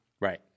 Right